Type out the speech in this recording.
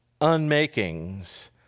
unmakings